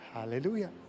hallelujah